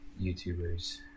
YouTubers